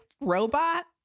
Robot